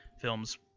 films